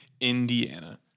Indiana